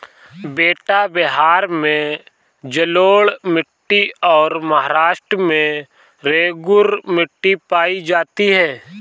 बेटा बिहार में जलोढ़ मिट्टी और महाराष्ट्र में रेगूर मिट्टी पाई जाती है